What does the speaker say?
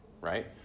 right